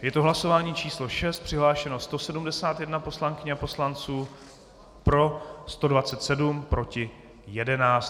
Je to hlasování číslo 6, přihlášeno 171 poslankyň a poslanců, pro 127, proti 11.